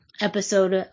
episode